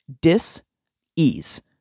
dis-ease